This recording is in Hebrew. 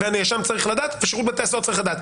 הנאשם צריך לדעת ושירות בתי הסוהר צריך לדעת.